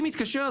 אם מתקשר,